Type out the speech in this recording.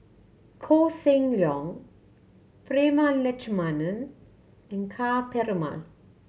Koh Seng Leong Prema Letchumanan and Ka Perumal